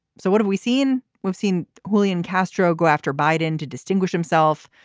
so what have we seen. we've seen julian castro go after biden to distinguish himself.